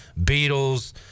beatles